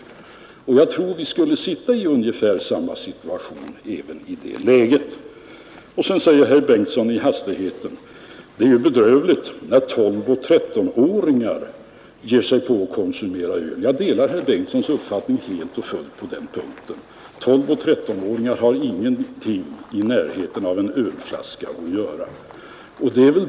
Jag tror att vi skulle sitta i ungefär samma situation även i det läget. Sedan säger herr Torsten Bengtson i hastigheten: Det är bedrövligt när 12 och 13-åringar konsumerar öl. Jag delar herr Bengtsons uppfattning helt och hållet på den punkten. 12 och 13-åringar har ingenting i närheten av en ölflaska att göra.